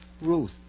Ruth